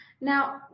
Now